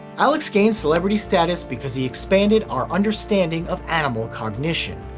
alex gained celebrity status because he expanded our understanding of animal cognition.